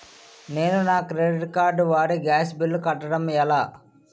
నేను నా credit card వాడి గ్యాస్ బిల్లు కట్టడం ఎలా?